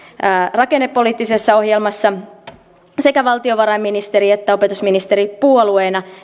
rakennepoliittisessa ohjelmassa sekä valtiovarainministeri että opetusministeri puolueena